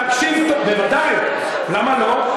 תקשיב טוב, בוודאי, למה לא?